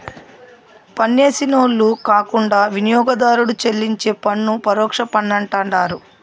పన్నేసినోళ్లు కాకుండా వినియోగదారుడు చెల్లించే పన్ను పరోక్ష పన్నంటండారు